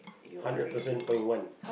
hundred percent point one